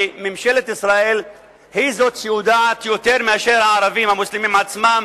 שממשלת ישראל היא שיודעת יותר מאשר הערבים המוסלמים עצמם